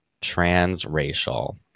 transracial